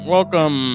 Welcome